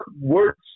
words